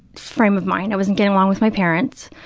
frame of mind. i wasn't getting along with my parents.